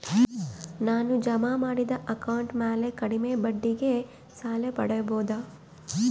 ನಾನು ಜಮಾ ಮಾಡಿದ ಅಕೌಂಟ್ ಮ್ಯಾಲೆ ಕಡಿಮೆ ಬಡ್ಡಿಗೆ ಸಾಲ ಪಡೇಬೋದಾ?